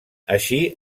així